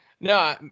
No